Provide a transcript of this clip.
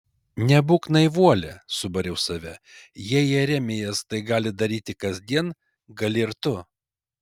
nebūk naivuolė subariau save jei jeremijas gali tai daryti kasdien gali ir tu